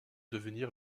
devenir